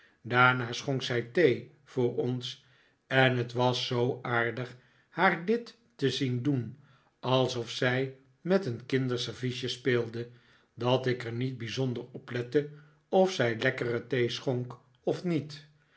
daarna schonk zij thee voor ons en het was zoo aardig haar dit te zien doen alsof zij met een kinder serviesje speelde dat ik er niet bijzonder op lette of zij lekkere thee schonk of niet